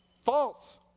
false